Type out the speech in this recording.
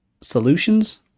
solutions